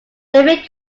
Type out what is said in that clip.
david